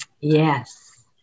Yes